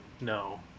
no